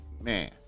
man